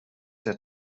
der